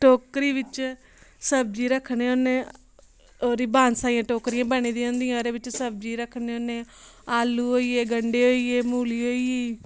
टोकरी बिच्च सब्जी रक्खने होन्ने ओह्दी बासैं दी टोकरियां बनी दी होंदियां ओह्दे बिच्च सब्जी रक्खने होन्ने आलू होई गे गंढे होई गे मुली होई गेई